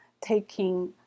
taking